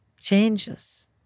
changes